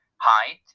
Height